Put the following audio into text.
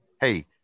Hey